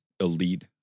elite